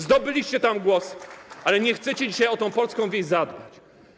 Zdobyliście tam głosy, ale nie chcecie dzisiaj o tę polską wieś zadbać.